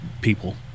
people